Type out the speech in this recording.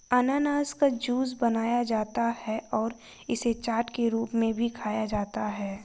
अनन्नास का जूस बनाया जाता है और इसे चाट के रूप में भी खाया जाता है